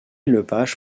lepage